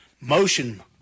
Motion